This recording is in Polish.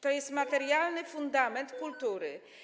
To jest materialny fundament kultury.